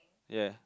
ya